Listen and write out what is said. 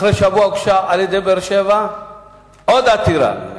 אחרי שבוע הוגשה על-ידי באר-שבע עוד עתירה מינהלית.